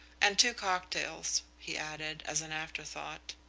and two cocktails, he added, as an afterthought.